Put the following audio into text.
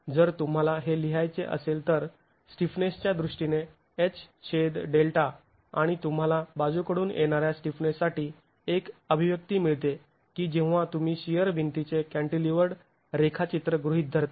जर तुम्हाला हे लिहायचे असेल तर स्टिफनेसच्या दृष्टीने HΔ आणि तुंम्हाला बाजूकडून येणाऱ्या स्टिफनेससाठी एक अभिव्यक्ती मिळते की जेव्हा तुम्ही शिअर भिंतीचे कॅंटिलिवर्ड रेखाचित्र गृहीत धरता